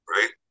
Right